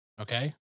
Okay